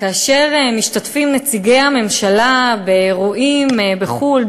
כאשר משתתפים נציגי הממשלה באירועים בחו"ל,